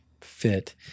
fit